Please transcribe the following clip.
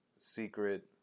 secret